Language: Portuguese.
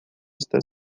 está